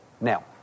now